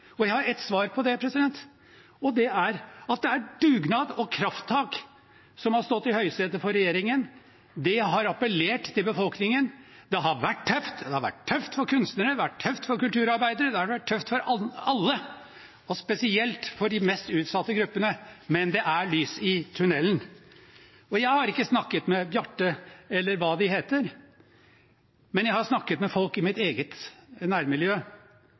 Jeg har ett svar på det, og det er at det er dugnad og krafttak som har stått i høysetet for regjeringen. Det har appellert til befolkningen. Det har vært tøft. Det har vært tøft for kunstnere, det har vært tøft for kulturarbeidere, det har vært tøft for alle, og spesielt for de mest utsatte gruppene, men det er lys i tunnelen. Jeg har ikke snakket med Bjarte, eller hva de heter, men jeg har snakket med folk i mitt eget nærmiljø.